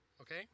okay